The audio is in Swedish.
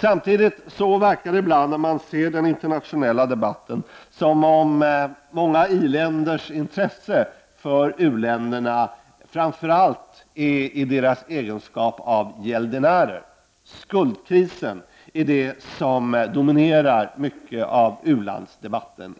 När man tar del av den internationella debatten verkar det ibland som om många i-länders intresse för u-länderna framför allt ligger i de senares egenskap av gäldenärer. Skuldkrisen är det som dominerar mycket av dagens ulandsdebatt.